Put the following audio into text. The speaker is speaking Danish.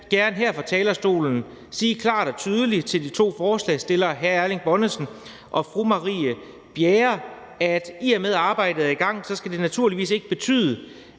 gerne her fra talerstolen sige klart og tydeligt til de to forslagsstillere, hr. Erling Bonnesen og fru Marie Bjerre, at i og med at arbejdet er i gang, skal det naturligvis ikke betyde,